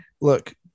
look